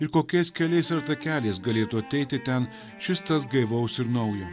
ir kokiais keliais ir takeliais galėtų ateiti ten šis tas gaivaus ir naujo